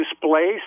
displaced